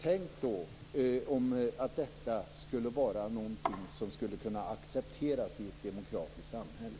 Tänk att detta skulle vara någonting som skulle kunna accepteras i ett demokratiskt samhälle!